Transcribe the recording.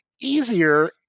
easier